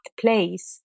place